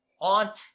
aunt